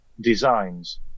designs